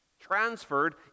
transferred